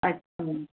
अछा